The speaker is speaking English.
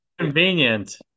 convenient